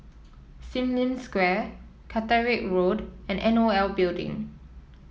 Sim Lim Square Caterick Road and N O L Building